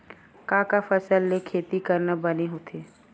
का का फसल के खेती करना बने होथे?